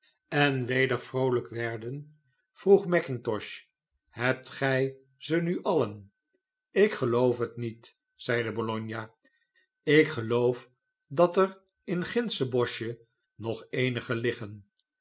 en weder vroolijk werden vroeg mackintosh hebt gij ze nu alien ik geloof het niet zeide bologna ik geloof dat er in gindsche boschje nog eenige